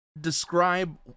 describe